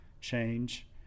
change